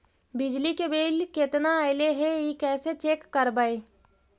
बिजली के बिल केतना ऐले हे इ कैसे चेक करबइ?